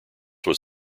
was